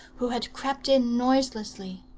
who had crept in noiselessly.